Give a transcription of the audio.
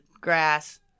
grass